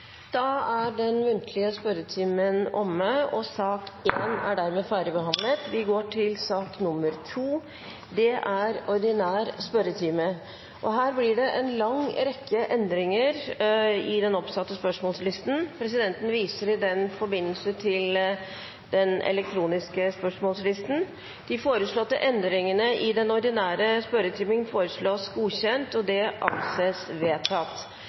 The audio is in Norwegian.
Den muntlige spørretimen er omme, og vi går over til den ordinære spørretimen. Det blir en lang rekke endringer i den oppsatte spørsmålslisten. Presidenten viser i den forbindelse til den elektroniske spørsmålslisten. De foreslåtte endringene i den ordinære spørretimen foreslås godkjent. – Det anses vedtatt.